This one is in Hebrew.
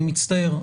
אני מצטער.